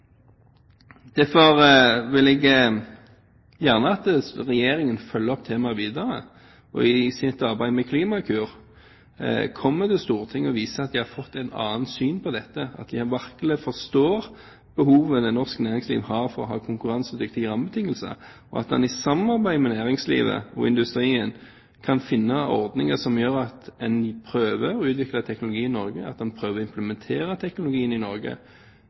Derfor vil jeg gjerne at Regjeringen følger opp temaet videre og i sitt arbeid med Klimakur kommer til Stortinget og viser at den har fått et annet syn på dette, at den virkelig forstår behovet det norske næringslivet har for å ha konkurransedyktige rammebetingelser, og at en i samarbeid med næringslivet og industrien kan finne ordninger som gjør at en prøver å utvikle teknologi i Norge, at en prøver å implementere teknologien i Norge,